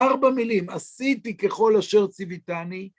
ארבע מילים, עשיתי ככל אשר ציביתני.